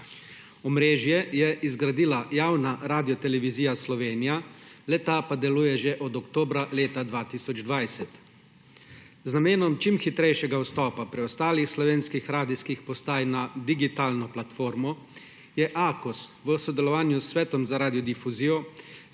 Omrežje je zgradila javna Radiotelevizija Slovenija, le-ta pa deluje že od oktobra leta 2020. Z namenom čim hitrejšega vstopa preostalih slovenskih radijskih postaj na digitalno platformo je Akos v sodelovanju s Svetoma za radiodifuzijo